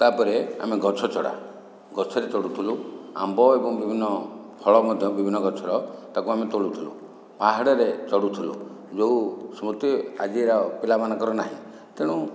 ତା'ପରେ ଆମେ ଗଛ ଚଢ଼ ଗଛରେ ଚଢ଼ୁଥିଲୁ ଆମ୍ବ ଏବଂ ବିଭିନ୍ନ ଫଳ ମଧ୍ୟ ବିଭିନ୍ନ ଗଛର ତାକୁ ଆମେ ତୋଳୁଥିଲୁ ପାହାଡ଼ରେ ଚଢ଼ୁଥିଲୁ ଯେଉଁ ସ୍ମୃତି ଆଜିର ପିଲାମାନଙ୍କର ନାହିଁ ତେଣୁ